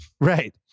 Right